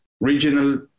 regional